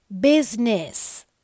business